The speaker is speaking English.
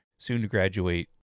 soon-to-graduate